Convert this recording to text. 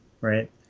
right